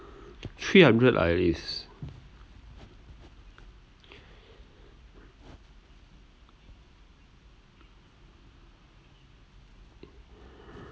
three hundred lah at least